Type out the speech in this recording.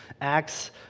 Acts